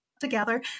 together